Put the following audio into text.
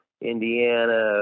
indiana